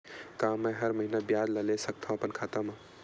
का मैं हर महीना ब्याज ला ले सकथव अपन खाता मा?